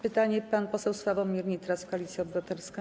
Pytanie, pan poseł Sławomir Nitras, Koalicja Obywatelska.